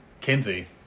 Kinsey